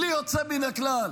בלי יוצא מן הכלל.